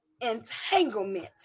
entanglement